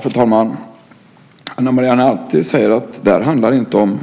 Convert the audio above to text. Fru talman! Ana Maria Narti säger att det inte handlar om